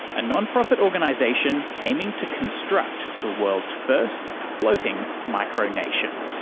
a non-profit organisation aiming to construct the world's first floating micro-nation.